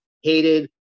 hated